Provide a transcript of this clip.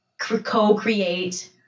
co-create